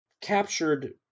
captured